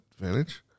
advantage